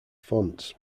fonts